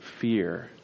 fear